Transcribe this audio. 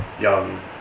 young